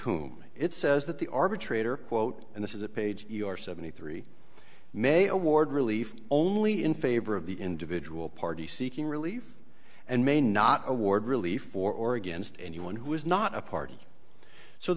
whom it says that the arbitrator quote and this is a page seventy three may or ward relief only in favor of the individual party seeking relief and may not award relief for or against anyone who is not a party so